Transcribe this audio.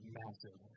massive